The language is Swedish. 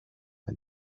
men